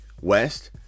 West